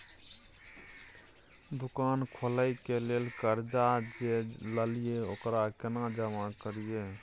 दुकान खोले के लेल कर्जा जे ललिए ओकरा केना जमा करिए?